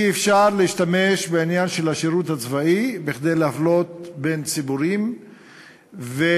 אי-אפשר להשתמש בעניין של השירות הצבאי כדי להפלות בין ציבורים ולהגיד,